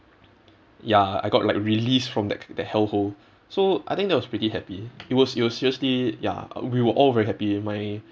ya I got like release from that c~ that hell hole so I think that was pretty happy it was it was seriously ya we were all very happy my